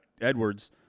Edwards